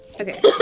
Okay